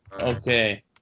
Okay